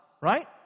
Right